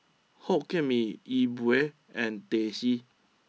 Hokkien Mee Yi Bua and Teh C